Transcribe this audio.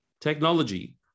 technology